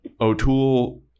O'Toole